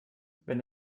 wenn